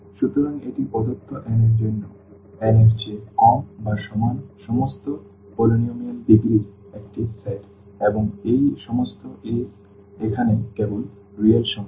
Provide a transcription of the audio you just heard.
সুতরাং এটি প্রদত্ত n এর জন্য n এর চেয়ে কম বা সমান সমস্ত polynomial ডিগ্রির একটি সেট এবং এই সমস্ত a's এখানে কেবল রিয়েল সংখ্যা